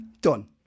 done